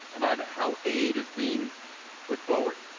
about how aid is being put forward.